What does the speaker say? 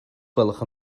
gwelwch